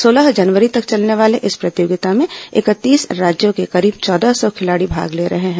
सोलह जनवरी तक चलने वाले इस प्रतियोगिता में इकतीस राज्यों के करीब चौदह सौ खिलाड़ी भाग ले रहे हैं